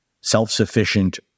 self-sufficient